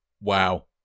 Wow